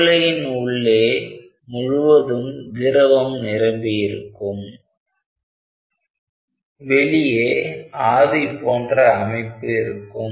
திவலையின் உள்ளே முழுவதும் திரவம் நிரம்பியிருக்கும் வெளியே ஆவி போன்ற அமைப்பு இருக்கும்